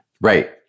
Right